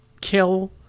kill